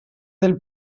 del